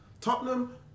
Tottenham